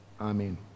Amen